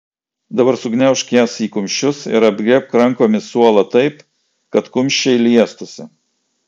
dabar sugniaužk jas į kumščius ir apglėbk rankomis suolą taip kad kumščiai liestųsi